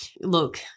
Look